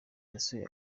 yasuye